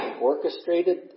orchestrated